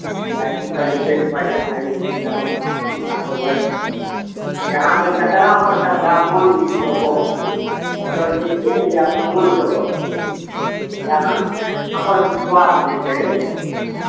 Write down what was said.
या ई कन्डिडेट बढ़िआँ होइ छै तऽ हम हुनका देबै अहाँकेँ जकरापर श्रद्धा मनके गप्प छियै भोटर जे छियै ने ई अपन मोनके गप्प छियै अहाँकेँ जकरापर विश्वास हेतै